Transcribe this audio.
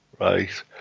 Right